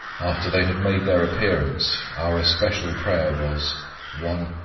after they had made their appearance, our especial prayer was one.